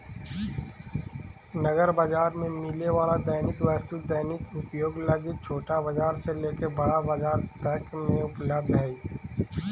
नगर बाजार में मिले वाला दैनिक वस्तु दैनिक उपयोग लगी छोटा बाजार से लेके बड़ा बाजार तक में उपलब्ध हई